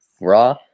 Raw